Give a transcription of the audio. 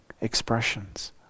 expressions